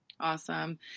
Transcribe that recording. Awesome